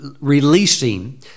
releasing